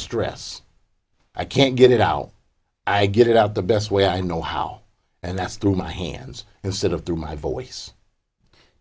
stress i can't get it out i get it out the best way i know how and that's through my hands and sort of through my voice